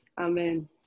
Amen